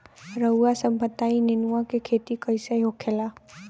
रउआ सभ बताई नेनुआ क खेती कईसे होखेला?